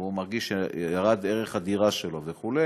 והוא מרגיש שירד ערך הדירה שלו וכו',